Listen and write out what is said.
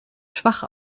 schwach